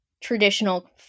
traditional